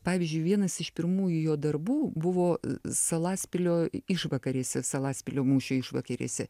pavyzdžiui vienas iš pirmųjų jo darbų buvo salaspilio išvakarėse salaspilio mūšio išvakarėse